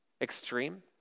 Extreme